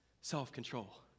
self-control